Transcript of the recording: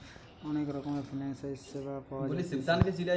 অনেক রকমের ফিনান্সিয়াল সেবা পাওয়া জাতিছে